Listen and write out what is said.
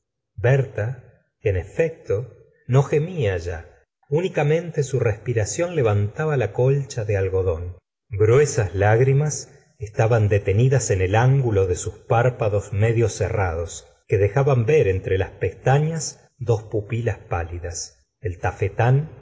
berta en efecto no gemía ya únicamente su respiración levantaba la colcha de algodón gruesas lágrimas estaban detenidas en el ángulo de sus párpados medio cerrados que dejaban ver entre las pestañas dos pupilas pálidas el tafetán